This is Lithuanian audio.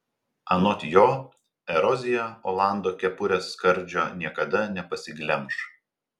anot jo erozija olando kepurės skardžio niekada nepasiglemš